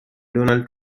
donald